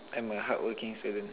I'm a hardworking student